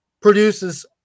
produces